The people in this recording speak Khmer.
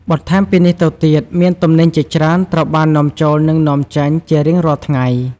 បន្ថែមពីនេះទៅទៀតមានទំនិញជាច្រើនត្រូវបាន នាំចូល និងនាំចេញ ជារៀងរាល់ថ្ងៃ។